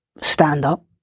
stand-up